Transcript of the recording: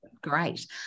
great